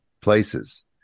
places